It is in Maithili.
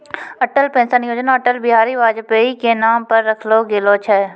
अटल पेंशन योजना अटल बिहारी वाजपेई के नाम पर रखलो गेलो छै